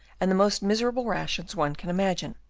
and the most miserable rations one can imagine.